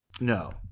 no